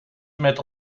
met